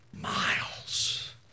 miles